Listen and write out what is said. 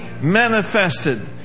manifested